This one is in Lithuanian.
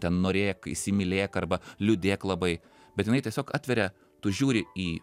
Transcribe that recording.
ten norėk įsimylėk arba liūdėk labai bet jinai tiesiog atveria tu žiūri į